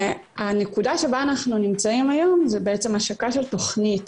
והנקודה שבה אנחנו נמצאים היום זה בעצם השקה של תוכנית